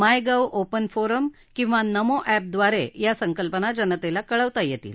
MyGov open forum किंवा Namo app द्वारे या संकल्पना जनतेला कळवता येतील